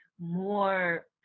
more